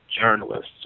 journalists